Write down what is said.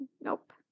nope